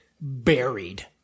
buried